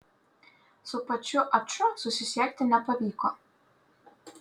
su pačiu aču susisiekti nepavyko